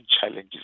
challenges